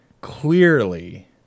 clearly